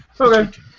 Okay